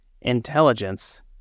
intelligence